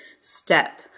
step